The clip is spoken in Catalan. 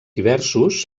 diversos